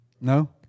No